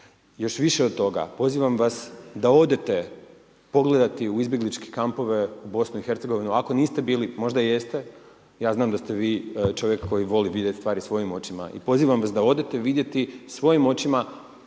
Još više od toga, pozivam vas da odete pogledati u izbjegličke kampove u BiH-u ako niste bili, možda jeste, ja znam da ste vi čovjek koji voli vidjeti stvari svojim očima i pozivam vas da odete vidjeti svojim očima